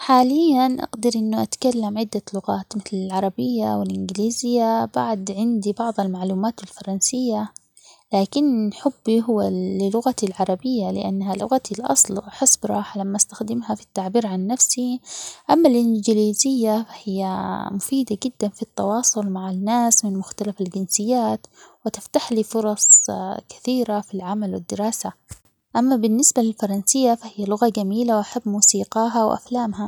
حالياً أقدر إنو أتكلم عدة لغات مثل العربية والإنجليزية بعد عندي بعض المعلومات الفرنسية، لكن حبي هو للغتي العربية لأنها لغتي الأصل وأحس براحة لما أستخدمها في التعبير عن نفسي أما الإنجليزية فهي مفيدة جداً في التواصل مع الناس من مختلف الجنسيات وتفتح لي فرص كثيرة في العمل والدراسة أما بالنسبة للفرنسية فهي لغة جميلة وأحب موسيقاها وأفلامها.